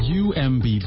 umb